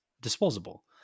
disposable